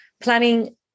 planning